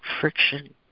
friction